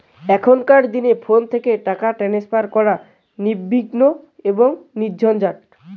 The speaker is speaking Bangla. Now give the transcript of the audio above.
এখনকার দিনে ফোন থেকে টাকা ট্রান্সফার করা নির্বিঘ্ন এবং নির্ঝঞ্ঝাট